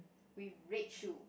with red shoe